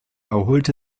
erholte